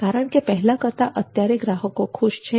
કારણ કે પહેલા કરતા અત્યારે ગ્રાહકો ખુશ છે